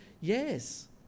yes